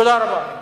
תודה רבה.